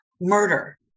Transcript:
murder